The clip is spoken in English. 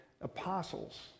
apostles